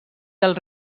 del